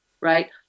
right